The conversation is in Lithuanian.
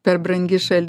per brangi šalis